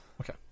Okay